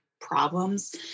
problems